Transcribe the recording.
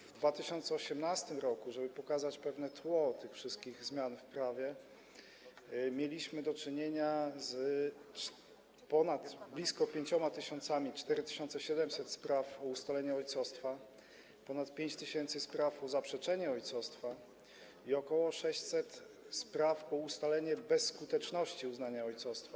W 2018 r., żeby pokazać pewne tło tych wszystkich zmian w prawie, mieliśmy do czynienia z ponad blisko 5 tys., 4700 sprawami o ustalenie ojcostwa, ponad 5 tys. spraw o zaprzeczenie ojcostwa i ok. 600 sprawami o ustalenie bezskuteczności uznania ojcostwa.